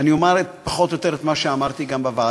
אני אומַר פחות או יותר את מה שאמרתי גם בוועדה,